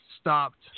stopped